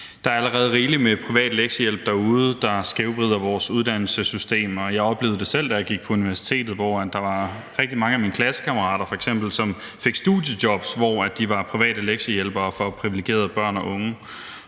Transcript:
Der er allerede rigeligt med privat lektiehjælp derude, der skævvrider vores uddannelsessystem. Jeg oplevede det selv, da jeg gik på universitetet, hvor der var rigtig mange af mine kammerater, der fik studiejobs, hvor de var private lektiehjælpere for privilegerede børn og unge.